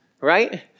right